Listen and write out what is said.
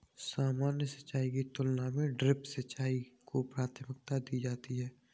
सामान्य सिंचाई की तुलना में ड्रिप सिंचाई को प्राथमिकता दी जाती है